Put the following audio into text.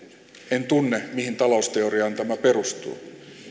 en tunne mihin talousteoriaan tämä perustuu